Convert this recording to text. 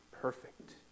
perfect